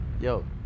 Yo